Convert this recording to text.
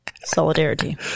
solidarity